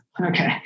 Okay